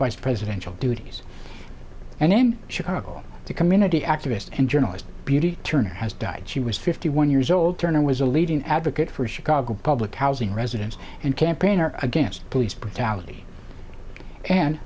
vice presidential duties and then chicago to community activist and journalist beauty turner has died she was fifty one years old turner was a leading advocate for chicago public housing residents and campaigner against police brutality and